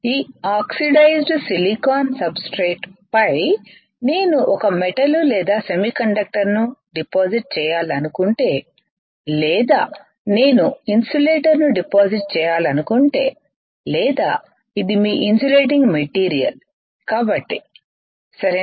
ఈ oxidized silicon substrate పై నేను ఒక మెటల్ లేదా సెమీకండక్టర్ను డిపాజిట్ చేయాలనుకుంటే లేదా నేను ఇన్సులేటర్ను డిపాజిట్ చేయాలనుకుంటే లేదా ఇది మీ ఇన్సులేటింగ్ మెటీరియల్ కాబట్టి సరేనా